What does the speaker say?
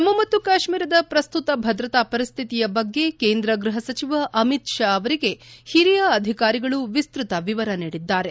ಜಮ್ನು ಮತ್ತು ಕಾಶ್ವೀರದ ಪ್ರಸ್ತುತ ಭದ್ರತಾ ಪರಿಸ್ಥಿತಿಯ ಬಗ್ಗೆ ಕೇಂದ್ರ ಗೃಹ ಸಚಿವ ಅಮಿತ್ ಶಾ ಅವರಿಗೆ ಹಿರಿಯ ಅಧಿಕಾರಿಗಳು ವಿಸ್ತತ ವಿವರ ನೀಡಿದ್ದಾರೆ